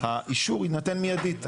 האישור יינתן מיידית.